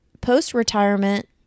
post-retirement